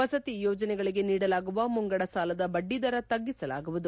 ವಸತಿ ಯೋಜನೆಗಳಿಗೆ ನೀಡಲಾಗುವ ಮುಂಗಡ ಸಾಲದ ಬಡ್ಡಿದರ ತಗ್ಗಿಸಲಾಗುವುದು